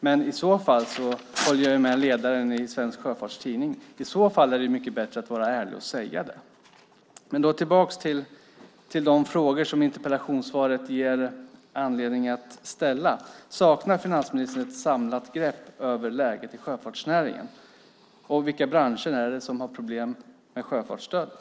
Men i så fall håller jag med om det som skrevs i ledaren i Svensk Sjöfarts Tidning, och i så fall är det mycket bättre att vara ärlig och säga det. Men jag går tillbaka till de frågor som interpellationssvaret ger anledning att ställa. Saknar finansministern ett samlat grepp över läget i sjöfartsnäringen? Och vilka branscher är det som har problem med sjöfartsstödet?